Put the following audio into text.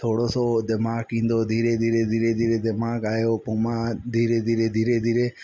थोड़ो थोड़ो दिमाग़ु ईंदो हुओ धीरे धीरे धीरे धीरे दिमाग़ु आहियो पोइ पोइ मां धीरे धीरे धीरे धीरे